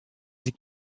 sie